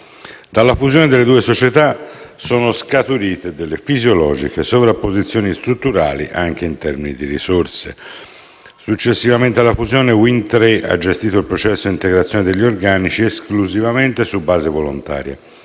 Dalla fusione delle due società sono scaturite delle fisiologiche sovrapposizioni strutturali anche in termini di risorse. Successivamente alla fusione, Wind Tre ha gestito il processo di integrazione degli organici esclusivamente su base volontaria,